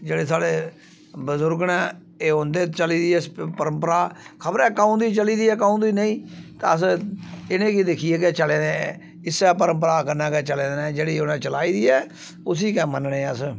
जेह्ड़े साढ़े बजुर्ग न एह् उं'दी चली दी परंपरा खबरै कंदू दी चली दी ऐ कंदू दी नेईं ते अस इनेंगी दिक्खियै गै चले दे आं इस्सै परंपरा कन्नै गै चले दे न जेह्ड़ी उ'नें चलाई दी ऐ उसी गै मन्नने आं अस